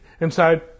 inside